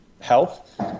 health